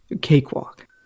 cakewalk